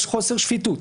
יש חוסר שפיטות.